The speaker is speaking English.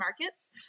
markets